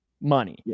money